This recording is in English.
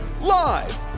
Live